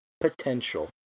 potential